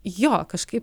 jo kažkaip